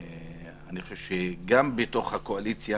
אני חושב שגם בתוך הקואליציה